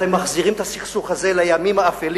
אתם מחזירים את הסכסוך הזה לימים האפלים